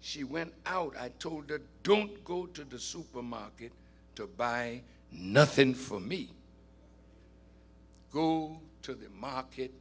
she went out i told her don't go to the supermarket to buy nothing for me go to the market